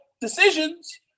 decisions